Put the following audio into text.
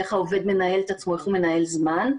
איך העובד מנהל את עצמו איך הוא מנהל זמן,